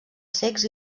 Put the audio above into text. cecs